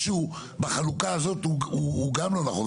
משהו בחלוקה הזאת הוא גם לא נכון.